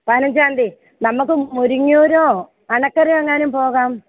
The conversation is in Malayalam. പതിനഞ്ചാം തീയതി നമുക്ക് മുരിങ്ങ്യൂരോ മണക്കരയോ എങ്ങാനും പോകാം